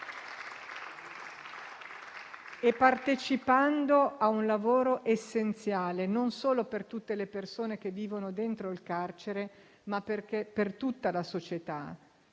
e partecipando a un lavoro essenziale non solo per tutte le persone che vivono dentro il carcere, ma per tutta la società,